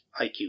IQ